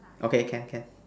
okay can can